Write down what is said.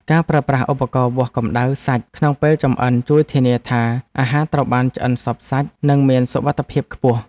ការប្រើប្រាស់ឧបករណ៏វាស់កម្តៅសាច់ក្នុងពេលចម្អិនជួយធានាថា អាហារត្រូវបានឆ្អិនសព្វសាច់និងមានសុវត្ថិភាពខ្ពស់។